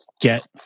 get